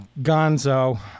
Gonzo